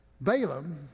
Balaam